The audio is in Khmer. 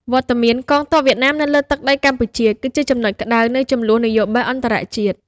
វត្តមានកងទ័ពវៀតណាមនៅលើទឹកដីកម្ពុជា គឺជាចំណុចក្តៅនៃជម្លោះនយោបាយអន្តរជាតិ។